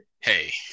hey